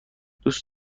دوست